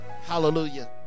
Hallelujah